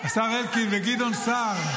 --- השרים אלקין וגדעון סער,